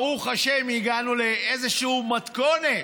ברוך השם הגענו לאיזשהו מתכונת.